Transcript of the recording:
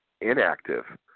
inactive